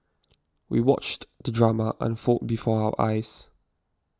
we watched the drama unfold before our eyes